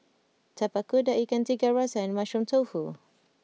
Tapak Kuda Ikan Tiga Rasa and Mushroom Tofu